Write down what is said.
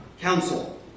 counsel